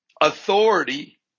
authority